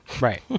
Right